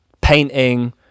painting